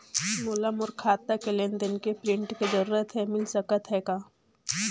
मोला मोर खाता के लेन देन के प्रिंट के जरूरत हे मिल सकत हे का?